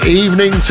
evening